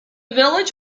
village